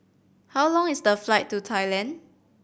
how long is the flight to Thailand